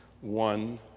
one